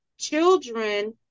children